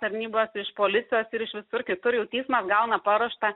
tarnybos iš policijos ir iš visur kitur jau teismas gauna paruoštą